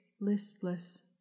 listless